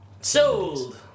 Sold